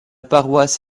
paroisse